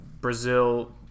Brazil